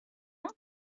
one